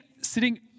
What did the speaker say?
sitting